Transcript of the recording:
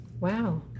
Wow